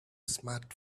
smart